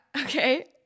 okay